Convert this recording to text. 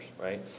right